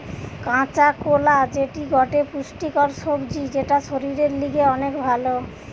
কাঁচা কোলা যেটি গটে পুষ্টিকর সবজি যেটা শরীরের লিগে অনেক ভাল